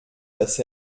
dass